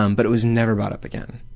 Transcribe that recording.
um but it was never brought up again.